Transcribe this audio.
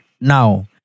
now